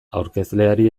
aurkezleari